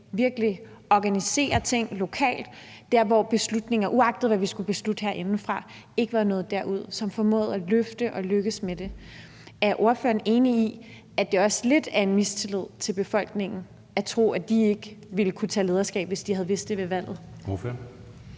virkelig organiseret ting lokalt dér, hvor beslutninger – uagtet hvad vi skulle beslutte herinde – ikke var nået ud, og de formåede at løfte det og lykkes med det. Er ordføreren enig i, at det også lidt er et udtryk for mistillid til befolkningen at tro, at de ikke ville have kunnet tage lederskab, hvis de havde vidst det ved valget?